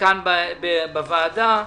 כאן בוועדה.